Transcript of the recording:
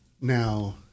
Now